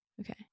Okay